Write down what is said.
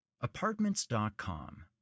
Apartments.com